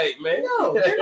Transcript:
No